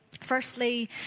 Firstly